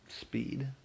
speed